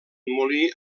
molí